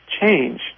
change